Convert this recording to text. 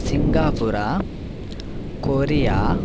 Singapore Korea